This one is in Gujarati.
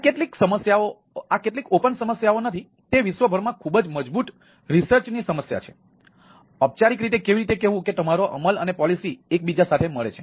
તેથી આ કેટલીક ઓપન સમસ્યાઓ નથી તે વિશ્વભરમાં ખૂબ જ મજબૂત સંશોધન એકબીજા સાથે મળે છે